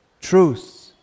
Truth